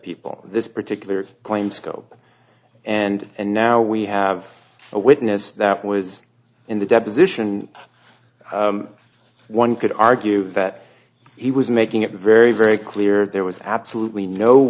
people this particular claim scope and and now we have a witness that was in the deposition one could argue that he was making it very very clear there was absolutely no